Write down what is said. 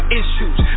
issues